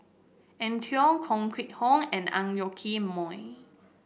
Eng Tow Koh Nguang How and Ang Yoke Mooi